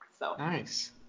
Nice